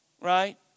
Right